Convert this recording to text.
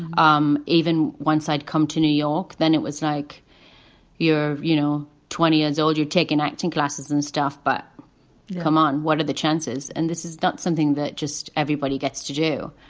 um even once i'd come to new york, then it was like your, you know, twenty years old. you're taking acting classes and stuff. but come on, what are the chances? and this is not something that just everybody gets to do.